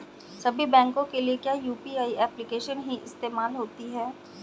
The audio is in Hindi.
सभी बैंकों के लिए क्या यू.पी.आई एप्लिकेशन ही इस्तेमाल होती है?